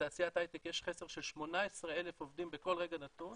שבתעשיית ההייטק יש חסר של 18,000 עובדים בכל רגע נתון.